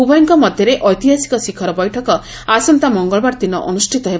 ଉଭୟଙ୍କ ମଧ୍ୟରେ ଐତିହାସିକ ଶିଖର ବୈଠକ ଆସନ୍ତା ମଙ୍ଗଳବାର ଦିନ ଅନ୍ଦୁଷ୍ଠିତ ହେବ